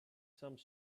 some